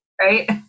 right